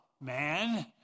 man